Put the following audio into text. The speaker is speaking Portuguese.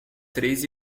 três